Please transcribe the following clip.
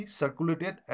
circulated